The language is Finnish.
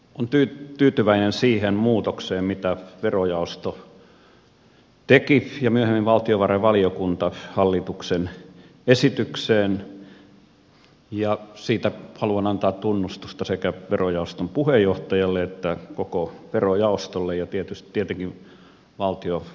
keskusta on tyytyväinen siihen muutokseen mitä verojaosto ja myöhemmin valtiovarainvaliokunta tekivät hallituksen esitykseen ja siitä haluan antaa tunnustusta sekä verojaoston puheenjohtajalle että koko verojaostolle ja tietenkin valtiovarainvaliokunnalle